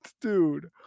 dude